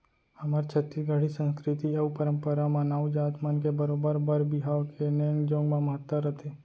हमर छत्तीसगढ़ी संस्कृति अउ परम्परा म नाऊ जात मन के बरोबर बर बिहाव के नेंग जोग म महत्ता रथे